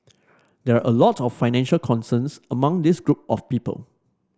there are a lot of financial concerns among this group of people